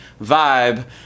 vibe